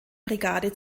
brigade